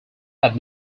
had